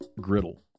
griddle